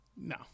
No